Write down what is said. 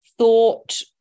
Thought